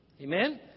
Amen